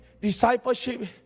discipleship